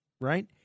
right